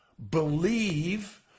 believe